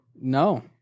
No